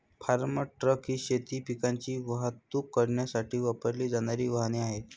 form truck ही शेती पिकांची वाहतूक करण्यासाठी वापरली जाणारी वाहने आहेत